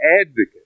advocate